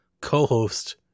co-host